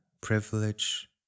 privilege